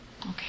Okay